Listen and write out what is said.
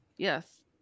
yes